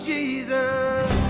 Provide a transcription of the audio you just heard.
Jesus